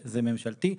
זה ממשלתי,